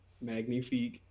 Magnifique